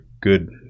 good